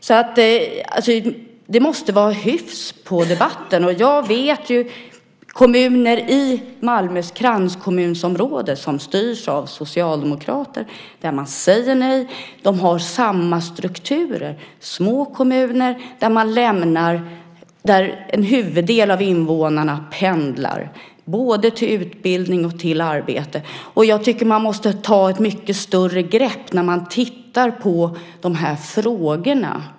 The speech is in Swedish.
Det måste alltså vara hyfs på debatten. Jag känner till kommuner i Malmös kranskommunområde som styrs av socialdemokrater och där man säger nej. De har samma strukturer. Det är små kommuner där en huvuddel av invånarna pendlar både till utbildning och till arbete. Jag tycker att man måste ta ett mycket större grepp när man tittar på de här frågorna.